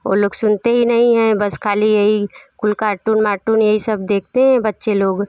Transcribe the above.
वो लोग सुनते ही नहीं हैं बस ख़ाली यही उन कार्टून मार्टून यही सब देखते हैं बच्चे लोग